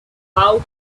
out